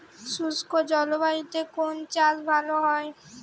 শুষ্ক জলবায়ুতে কোন চাষ ভালো হয়?